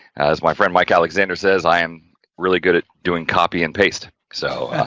as my friend mike alexander says, i am really good at doing copy and paste. so.